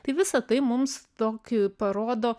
tai visa tai mums tokį parodo